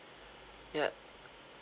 yup